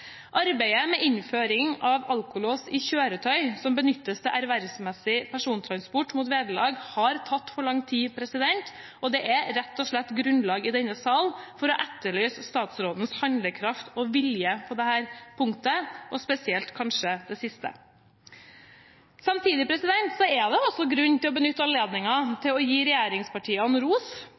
Arbeidet med innføring av alkolås i kjøretøy som benyttes til ervervsmessig persontransport mot vederlag, har tatt for lang tid, og det er rett og slett grunnlag i denne sal for å etterlyse statsrådens handlekraft og vilje på dette punktet – og spesielt kanskje det siste. Samtidig er det også grunn til å benytte anledningen til å gi regjeringspartiene ros